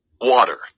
Water